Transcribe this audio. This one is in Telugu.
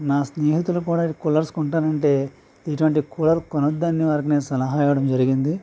నా స్నేహతులు కూడా కూలర్స్ కొంటానంటే ఇటువంటి కూలర్ కొనద్దు అని నేను వారికి సలహా ఇవ్వడం జరిగింది